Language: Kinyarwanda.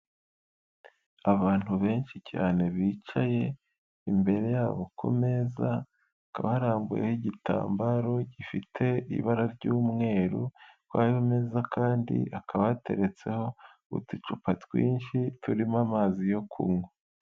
Abantu benshi cyane bicaye, imbere yabo kumeza, hakaba harambuyeho igitambaro gifite ibara ry'umweru, kuri ayo meza kandi, hakaba yateretseho uducupa twinshi, turimo amazi yo kunywa.